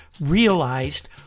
realized